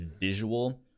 visual